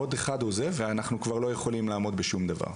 עוד אחד עוזב ואנחנו כבר לא יכולים לעמוד בשום דבר.